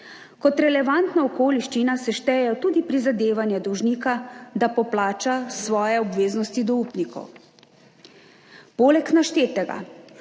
Kot relevantna okoliščina se štejejo tudi prizadevanja dolžnika, da poplača svoje obveznosti do upnikov. Poleg naštetega